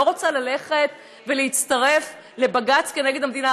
לא רוצה ללכת ולהצטרף לבג"ץ נגד המדינה.